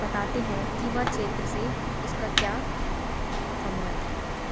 बताते हैं कि वह क्षेत्र से उसका क्या संबंध है